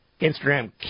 Instagram